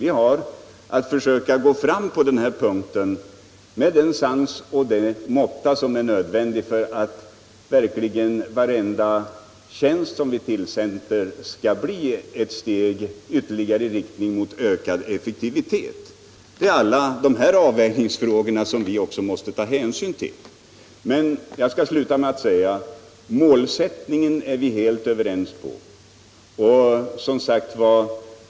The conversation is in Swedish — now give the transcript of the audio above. Vi har att försöka gå fram på den här punkten med den sans och den måtta som behövs för att verkligen varenda tjänst som vi tillsätter skall bli ytterligare ett steg i riktning mot ökad effektivitet. Det är alla dessa avvägningsfrågor som vi också måste ta hänsyn till. Jag skall sluta med att säga att målsättningen är vi helt överens om.